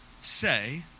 say